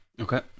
Okay